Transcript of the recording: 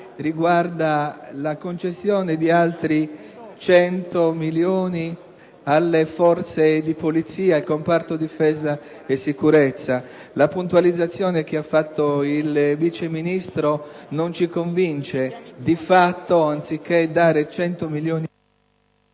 riguarda la concessione di altri 100 milioni di euro alle forze di polizia e al comparto difesa e sicurezza. La puntualizzazione che ha fatto il Vice Ministro non ci convince. Di fatto, anziché dare 100 milioni ...